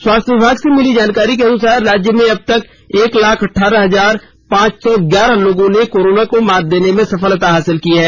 स्वास्थ्य विभाग से मिली जानकारी के अनुसार राज्य में अब तक एक लाख अठ्ठारह हजार पांच सौ ग्यारह लोगों ने कोरोना को मात देने में सफलता हासिल की है